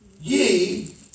ye